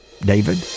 David